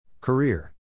Career